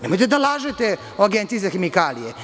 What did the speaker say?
Nemojte da lažete o Agenciji za hemikalije.